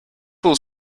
full